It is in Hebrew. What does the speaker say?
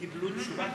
הזה.